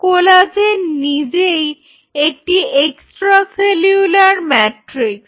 collagen নিজেই একটি extra cellular matrix